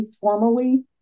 formally